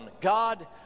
God